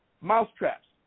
mousetraps